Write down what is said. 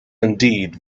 indeed